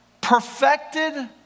perfected